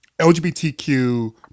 LGBTQ